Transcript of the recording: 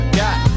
got